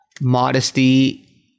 modesty